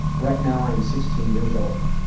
right now, i am sixteen years old.